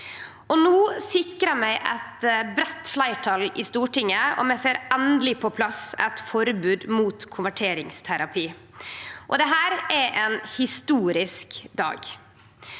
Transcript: No sikrar vi eit breitt fleirtal i Stortinget, og vi får endeleg på plass eit forbod mot konverteringsterapi. Dette er ein historisk dag.